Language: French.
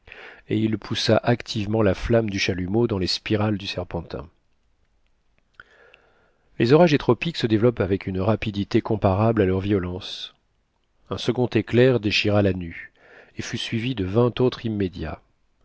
et il poussa activement la flamme du chalumeau dans les spirales du serpentin les orages des tropiques se développent avec une rapidité comparable à leur violence un second éclair déchira la nue et fut suivi de vin autres immédiats